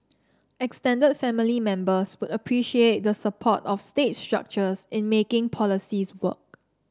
extended family members would appreciate the support of state structures in making policies work